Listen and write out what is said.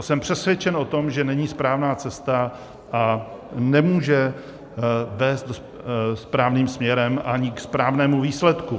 Jsem přesvědčen o tom, že to není správná cesta a nemůže vést správným směrem ani ke správnému výsledku.